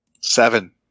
Seven